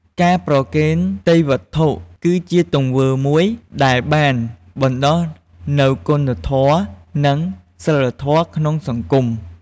ការប្រគេនទេយ្យវត្ថុ គឺជាទង្វើមួយដែលបានបណ្ដុះនូវ គុណធម៌ និងសីលធម៌ ក្នុងសង្គម។